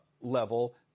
level